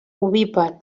ovípar